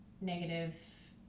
negative